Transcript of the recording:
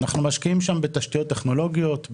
אנחנו משקיעים שם בתשתיות טכנולוגיות,